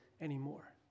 anymore